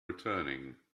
returning